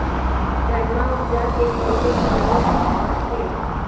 धनमा उपजाके कैसे तौलब हखिन?